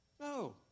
No